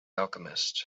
alchemist